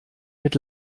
mit